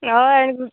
हय